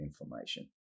inflammation